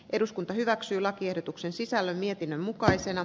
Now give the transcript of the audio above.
eduskunta hyväksyi lakiehdotuksen sisällön mietinnön mukaisena